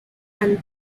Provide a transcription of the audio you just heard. and